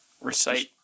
recite